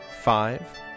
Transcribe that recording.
Five